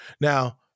Now